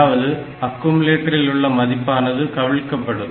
அதாவது அக்குமுலேட்டரில் உள்ள மதிப்பானது கவிழ்க்கப்படும்